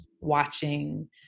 watching